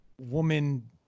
woman